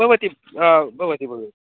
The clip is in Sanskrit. भवति भवति भवति